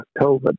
COVID